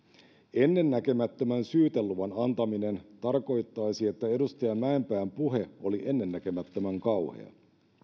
ennennäkemättömän syyteluvan antaminen tarkoittaisi että edustaja mäenpään puhe oli ennennäkemättömän kauhea